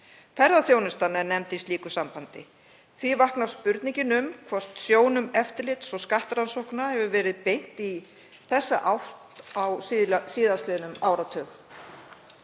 Ferðaþjónustan er nefnd í slíku sambandi. Því vaknar spurningin um hvort sjónum eftirlits- og skattrannsókna hefur verið beint í þá átt á síðastliðnum áratug.